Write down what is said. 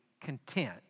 content